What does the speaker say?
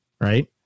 right